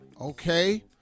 Okay